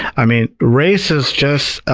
i mean, race is just